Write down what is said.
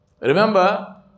Remember